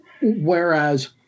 whereas